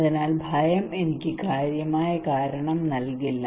അതിനാൽ ഭയം എനിക്ക് കാര്യമായ കാരണം നൽകില്ല